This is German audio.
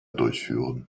durchführen